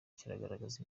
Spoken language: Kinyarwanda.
kigaragaza